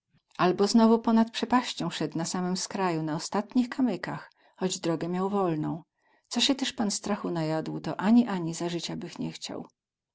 abo znowu ponad przepaścią seł na samym kraju na ostatnich kamykach choć drogę miał wolną co sie tyz pan strachu najadł to ani ani za zycia bych nie chciał